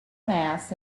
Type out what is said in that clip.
mass